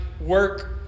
work